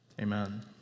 amen